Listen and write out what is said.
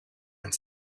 and